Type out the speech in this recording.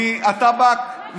מהטבק,